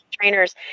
trainers